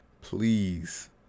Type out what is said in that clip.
Please